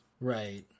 Right